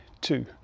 two